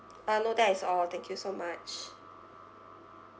uh no that is all thank you so much